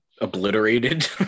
obliterated